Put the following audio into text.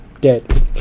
dead